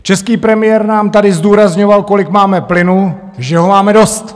Český premiér nám tady zdůrazňoval, kolik máme plynu, že ho máme dost.